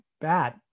bad